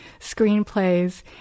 screenplays